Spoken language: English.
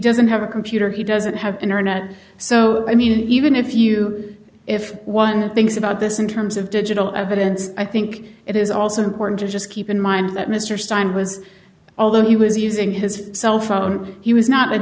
doesn't have a computer he doesn't have internet so i mean even if you if one thinks about this in terms of digital evidence i think it is also important to just keep in mind that mr stein was although he was using his cell phone he was not a